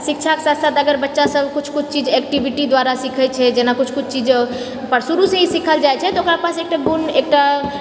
शिक्षाके साथ साथ अगर बच्चा सब किछु किछु चीज एक्टिविटी द्वारा सीखैत छै जेना कि किछु किछु चीज शुरूसँ सीखाएल जाइत छै तऽ ओकरा पास एकटा गुण एकटा